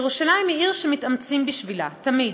ירושלים היא עיר שמתאמצים בשבילה, תמיד.